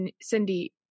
Cindy